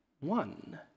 one